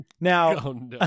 Now